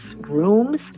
rooms